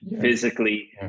physically